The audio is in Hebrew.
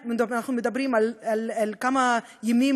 אנחנו מדברים על כמה ימים,